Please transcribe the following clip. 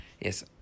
yes